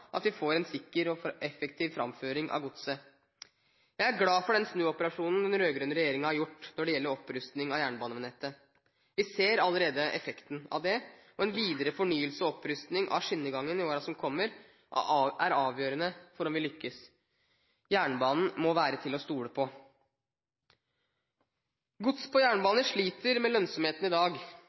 at vi får en sikker og effektiv framføring av godset. Jeg er glad for den snuoperasjonen den rød-grønne regjeringen har gjort når det gjelder opprustning av jernbanenettet. Vi ser allerede effekten av det, og en videre fornyelse og opprustning av skinnegangen i årene som kommer, er avgjørende for om vi lykkes. Jernbanen må være til å stole på. Gods på jernbane sliter med lønnsomheten i dag,